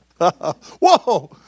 Whoa